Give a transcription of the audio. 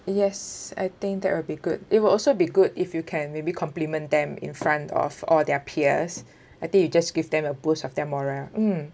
yes I think that will be good it would also be good if you can maybe compliment them in front of all their peers I think you just give them a boost of their morale mm